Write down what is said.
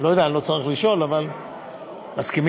אבל מה הבעיה?